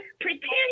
pretend